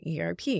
ERP